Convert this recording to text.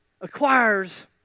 acquires